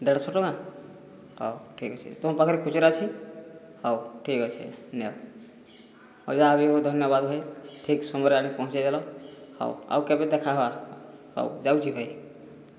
ଦେଢ଼ଶହ ଟଙ୍କା ହଉ ଠିକ୍ ଅଛି ତୁମ ପାଖରେ ଖୁଚୁରା ଅଛି ହେଉ ଠିକ୍ ଅଛି ନିଅ ହେଉ ଯାହାବି ହେଉ ଧନ୍ୟବାଦ ଭାଇ ଠିକ୍ ସମୟରେ ଆଣି ପହଞ୍ଚାଇ ଦେଲ ହେଉ ଆଉ କେବେ ଦେଖା ହେବା ହେଉ ଯାଉଛି ଭାଇ